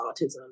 autism